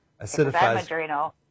acidifies